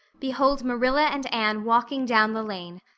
behold marilla and anne walking down the lane,